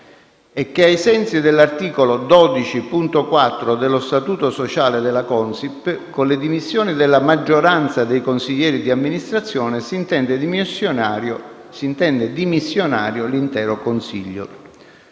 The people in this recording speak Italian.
e che, ai sensi dell'articolo 12.4 dello statuto sociale della Consip, con le dimissioni della maggioranza dei consiglieri di amministrazione si intende dimissionario l'intero consiglio.